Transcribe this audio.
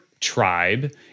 tribe